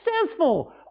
Successful